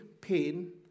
pain